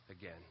again